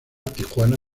tijuana